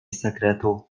sekretu